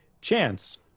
Chance